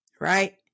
right